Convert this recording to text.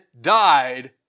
died